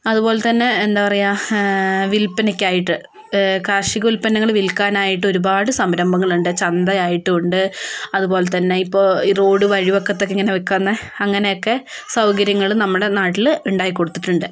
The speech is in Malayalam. അതുപോലെത്തന്നെ എന്താ പറയുക വില്പനയ്ക്കായിട്ട് കാർഷിക ഉൽപന്നങ്ങൾ വിൽക്കാനായിട്ട് ഒരുപാട് സംരംഭങ്ങളുണ്ട് ചന്ത ആയിട്ടുണ്ട് അതുപോലെത്തന്നെ ഇപ്പോൾ ഈ റോഡ് വഴിവക്കത്ത് ഒക്കെ ഇങ്ങനെ വിൽക്കുന്ന അങ്ങനെയൊക്കെ സൗകര്യങ്ങൾ നമ്മുടെ നാട്ടിൽ ഉണ്ടാക്കി കൊടുത്തിട്ടുണ്ട്